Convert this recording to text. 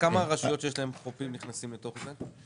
כמה רשויות שיש להן חופים נכנסות לתוך זה?